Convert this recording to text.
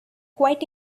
quite